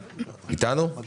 אני מבקש שהוא עכשיו